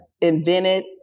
invented